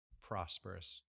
prosperous